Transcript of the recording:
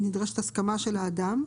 נדרשת הסכמה של האדם.